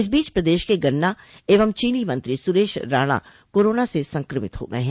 इस बीच प्रदेश के गन्ना एवं चीनी मंत्री सूरेश राणा कोरोना से संक्रमित हो गये हैं